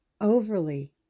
overly